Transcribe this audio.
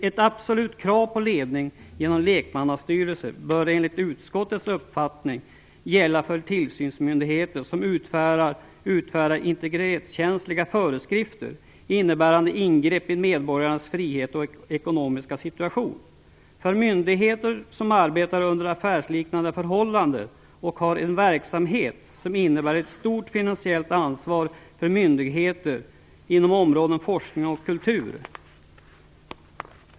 Ett absolut krav på ledning genom lekmannastyrelser bör enligt utskottets uppfattning gälla för tillsynsmyndigheter som utfärdar integritetskänsliga föreskrifter, innebärande ingrepp i medborgarnas frihet och ekonomiska situation, för myndigheter som arbetar under affärsliknande förhållanden och har en verksamhet som innebär ett stort finansiellt ansvar samt för myndigheter inom områdena forskning och kultur.